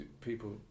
people